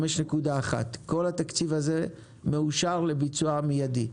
5.1. כל התקציב הזה מאושר לביצוע מידי.